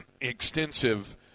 extensive